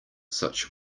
such